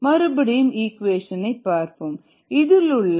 EtSk2k3k1S ES மறுபடியும் equation பார்ப்போம்